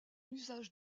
usage